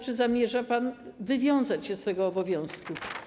Czy zamierza pan wywiązać się z tego obowiązku?